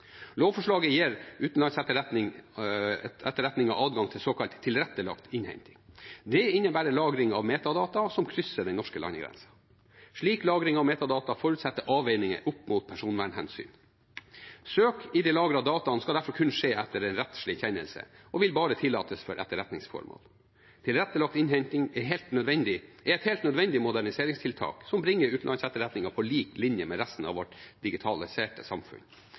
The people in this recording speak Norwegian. gir utenlandsetterretningen adgang til såkalt tilrettelagt innhenting. Det innebærer lagring av metadata som krysser den norske landegrensen. Slik lagring av metadata forutsetter avveiinger opp mot personvernhensyn. Søk i de lagrede dataene skal derfor skje kun etter en rettslig kjennelse og vil bare tillates for etterretningsformål. Tilrettelagt innhenting er et helt nødvendig moderniseringstiltak som bringer utenlandsetterretningen på lik linje med resten av vårt digitaliserte samfunn.